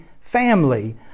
family